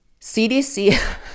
CDC